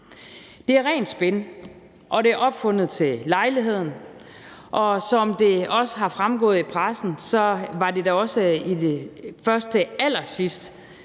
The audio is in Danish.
Det er rent spin, og det er opfundet til lejligheden, og som det også er fremgået af pressen, var det da også først til allersidst